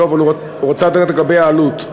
לא, אבל הוא רצה לדעת לגבי העלות.